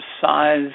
size